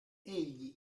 egli